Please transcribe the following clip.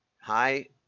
hi